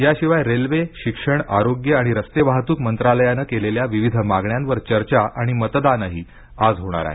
याशिवाय रेल्वे शिक्षण आरोग्य आणि रस्ते वाहतूक मंत्रालयानं केलेल्या विविध मागण्यांवर चर्चा आणि मतदानही आज होणार आहे